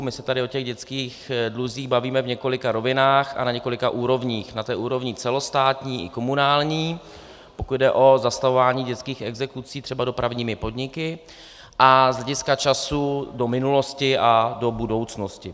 My se tady o těch dětských dluzích bavíme v několika rovinách a na několika úrovních na úrovni celostátní i komunální, pokud jde o zastavování dětských exekucí třeba dopravními podniky, a z hlediska času do minulosti a do budoucnosti.